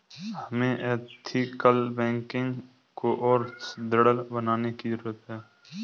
हमें ethical banking को और सुदृढ़ बनाने की जरूरत है